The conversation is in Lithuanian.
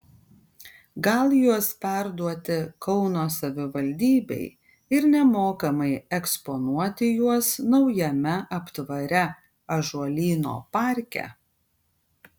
gal juos perduoti kauno savivaldybei ir nemokamai eksponuoti juos naujame aptvare ąžuolyno parke